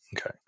Okay